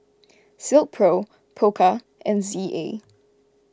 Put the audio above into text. Silkpro Pokka and Z A